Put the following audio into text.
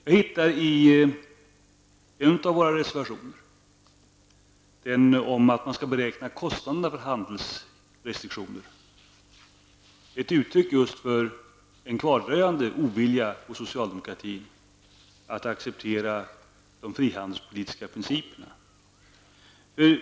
Jag hittar i anslutning till en av våra reservationer, den om att man skall beräkna kostnaderna för handelsrestriktioner, ett uttryck för just en kvardröjande ovilja hos socialdemokratin mot att acceptera de frihandelspolitiska principerna.